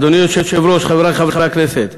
אדוני היושב-ראש, חברי חברי הכנסת,